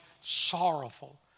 sorrowful